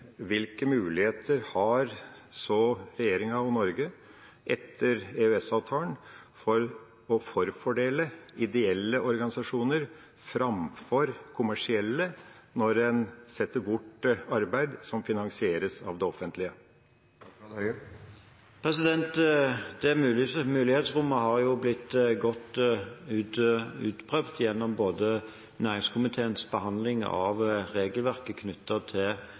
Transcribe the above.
Hvilke muligheter har regjeringa og Norge etter EØS-avtalen for å forfordele ideelle organisasjoner framfor kommersielle når en setter bort arbeid som finansieres av det offentlige? Det mulighetsrommet har blitt godt utprøvd, både gjennom næringskomiteens behandling av regelverket